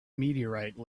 meteorite